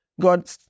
God